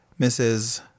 Mrs